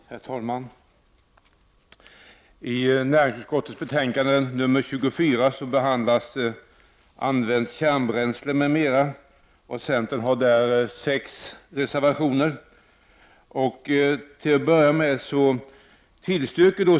Herr talman! Näringsutskottets betänkande nr 24 behandlar använt kärnbränsle, m.m. Centern har till betänkandet fogat sex reservationer.